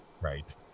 Right